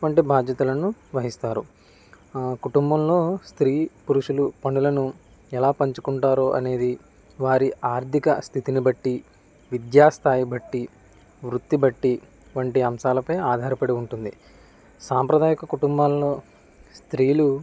వంటి బాధ్యతలను నిర్వహిస్తారు ఆ కుటుంబంలో స్త్రీ పురుషులు పనులను ఎలా పంచుకుంటారు అనేది వారి ఆర్థిక స్థితిని బట్టి విద్యా స్థాయి బట్టి వృత్తిబట్టి వంటి అంశాలపై ఆధారపడి ఉంటుంది సాంప్రదాయక కుటుంబాలలో స్త్రీలు